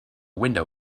window